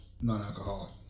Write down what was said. non-alcoholic